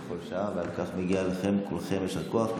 ועל כך מגיע לכם כולכם יישר כוח,